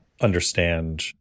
understand